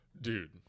Dude